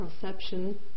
perception